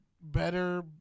Better